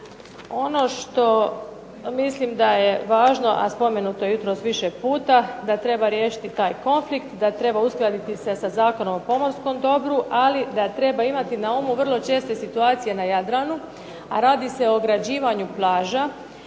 Ono što mislim da je važno a spomenuto je jutros više puta da treba riješiti taj konflikt, da treba uskladiti se sa Zakonom o pomorskom dobru ali da treba imati na umu vrlo česte situacije na Jadranu a radi se o ograđivanju,